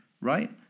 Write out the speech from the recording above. right